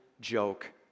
joke